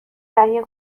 تهیه